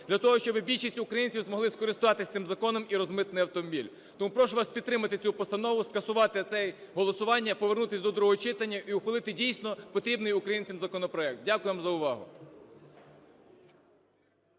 для того, щоби більшість українців змогли скористатись цим законом і розмитнити автомобіль. Тому прошу вас підтримати цю постанову, скасувати це голосування, повернутись до другого читання і ухвалити дійсно потрібний українцям законопроект. Дякую вам за увагу.